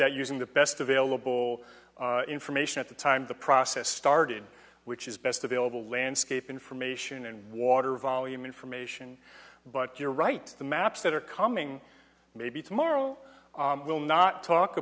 that using the best available information at the time the process started which is best available landscape information and water volume information but you're right the maps that are coming maybe tomorrow will not talk